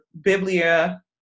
Biblia